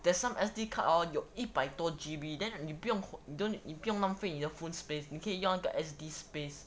there's some S_D card hor 有一百多 G_B then 你不用 don't 你不用浪费你的 phone space 你可以用 S_D space